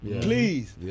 Please